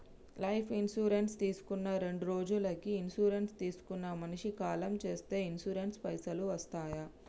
Life insurance తీసుకున్న రెండ్రోజులకి insurance తీసుకున్న మనిషి కాలం చేస్తే ఇన్సూరెన్స్ పైసల్ వస్తయా?